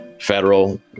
federal